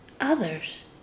others